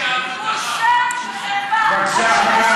בושה וחרפה.